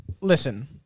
listen